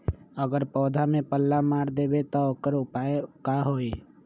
अगर पौधा में पल्ला मार देबे त औकर उपाय का होई?